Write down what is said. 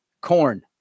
Corn